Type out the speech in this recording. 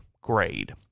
grade